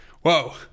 Whoa